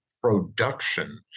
production